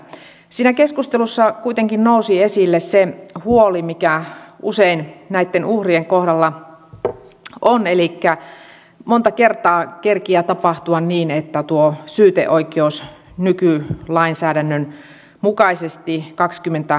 siinä keskustelussa kuitenkin nousi esille se huoli mikä usein näitten uhrien kohdalla on elikkä monta kertaa kerkiää tapahtua niin että tuo syyteoikeus vanhentuu nykylainsäädännön mukaisesti kakskymmentä